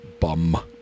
Bum